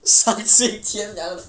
丧尽天良